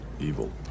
evil